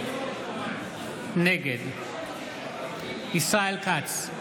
נגד ישראל כץ,